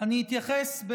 אני אתייחס,